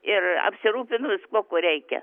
ir apsirūpinu viskuo kuo reikia